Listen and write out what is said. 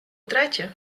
третє